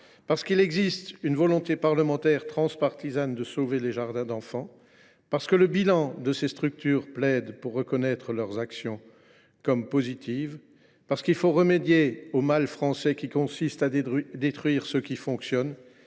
parce qu’il existe une volonté parlementaire transpartisane de sauver les jardins d’enfants, parce que le bilan de ces structures plaide pour que l’on reconnaisse leur action comme positive, parce qu’il faut remédier au mal français consistant à détruire ce qui fonctionne